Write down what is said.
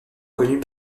connus